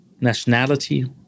nationality